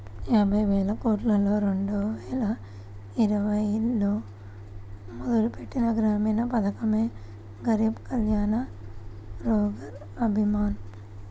యాబైవేలకోట్లతో రెండువేల ఇరవైలో మొదలుపెట్టిన గ్రామీణ పథకమే గరీబ్ కళ్యాణ్ రోజ్గర్ అభియాన్